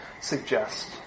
suggest